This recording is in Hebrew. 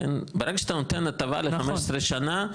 ברגע שאתה נותן הטבה ל-15 שנה,